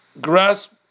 grasp